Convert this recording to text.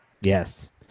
Yes